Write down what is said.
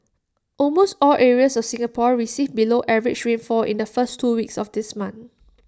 almost all areas of Singapore received below average rainfall in the first two weeks of this month